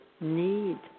need